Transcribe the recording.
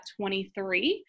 23